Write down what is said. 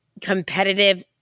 competitive